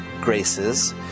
graces